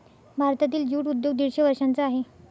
भारतातील ज्यूट उद्योग दीडशे वर्षांचा आहे